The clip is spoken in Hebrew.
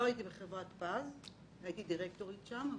לא הייתי בחברת "פז", הייתי דירקטורית שם.